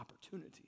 opportunity